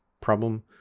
problem